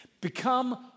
Become